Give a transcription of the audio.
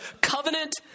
covenant